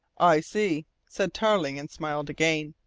i see, said tarling and smiled again.